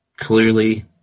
Clearly